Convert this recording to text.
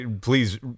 Please